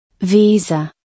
Visa